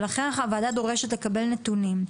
לכן, הוועדה דורשת לקבל נתונים: